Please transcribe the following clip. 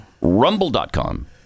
Rumble.com